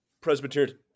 Presbyterian